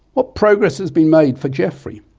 what progress has been made for geoffrey?